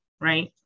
right